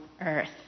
earth